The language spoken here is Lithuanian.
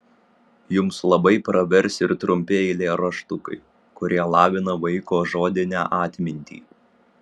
jums labai pravers ir trumpi eilėraštukai kurie lavina vaiko žodinę atmintį